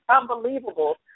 unbelievable